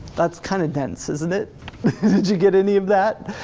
that's kind of dense isn't it? did you get any of that?